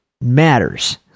matters